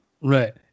Right